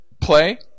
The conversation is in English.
play